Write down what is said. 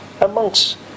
amongst